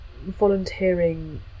volunteering